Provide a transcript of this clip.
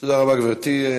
תודה רבה, גברתי.